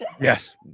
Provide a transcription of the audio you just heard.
Yes